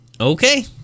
Okay